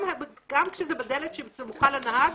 גם כשזה בדלת שסמוכה לנהג